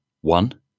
one